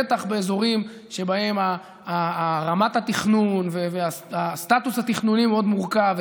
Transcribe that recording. בטח באזורים שבהם רמת התכנון והסטטוס התכנוני הם מאוד מורכבים,